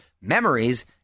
Memories